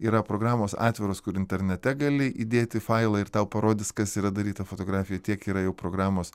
yra programos atviros kur internete gali įdėti failą ir tau parodys kas yra daryta fotografijai tiek yra jau programos